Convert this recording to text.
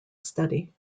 study